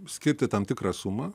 skirti tam tikrą sumą